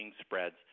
spreads